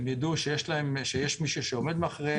הם ידעו שיש מי שעומד מאחוריהם.